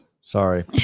sorry